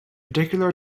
particular